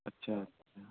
اچھا اچھا